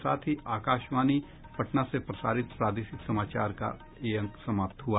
इसके साथ ही आकाशवाणी पटना से प्रसारित प्रादेशिक समाचार का ये अंक समाप्त हुआ